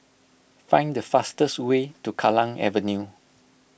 find the fastest way to Kallang Avenue